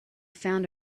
found